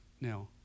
Now